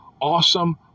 awesome